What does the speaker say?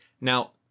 Now